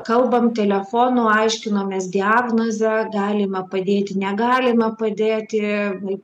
kalbam telefonu aiškinomės diagnozę galime padėti negalime padėti